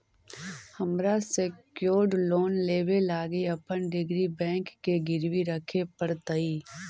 हमरा secured loan लेबे लागी अपन डिग्री बैंक के गिरवी रखे पड़तई